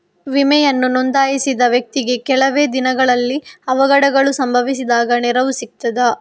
ವಿಮೆಯನ್ನು ನೋಂದಾಯಿಸಿದ ವ್ಯಕ್ತಿಗೆ ಕೆಲವೆ ದಿನಗಳಲ್ಲಿ ಅವಘಡಗಳು ಸಂಭವಿಸಿದಾಗ ನೆರವು ಸಿಗ್ತದ?